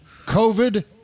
covid